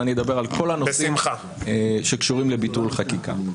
לכן אני אדבר על כל הנושאים שקשורים לביטול חקיקה.